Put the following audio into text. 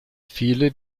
viele